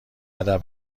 ادب